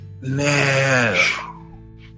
Man